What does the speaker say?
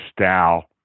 style